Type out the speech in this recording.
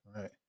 Right